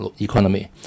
economy